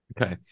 Okay